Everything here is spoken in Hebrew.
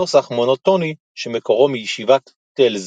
נוסח מונוטוני שמקורו מישיבת טלז.